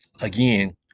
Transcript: again